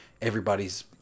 everybody's